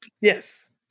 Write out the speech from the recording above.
Yes